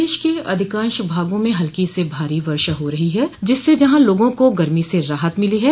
प्रदेश के अधिकांश भागा में हल्की से भारी वर्षा हो रही है जिससे जहां लोगों को गर्मी से राहत मिली है